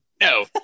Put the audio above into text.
No